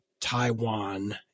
Taiwan